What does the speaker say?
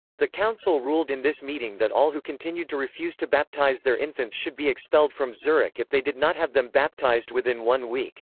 the council ruled in this meeting that all who continued to refuse to baptize their infants should be expelled from zurich if they did not have them baptized within one week.